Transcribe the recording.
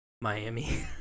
Miami